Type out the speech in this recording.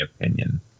opinion